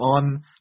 on